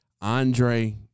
Andre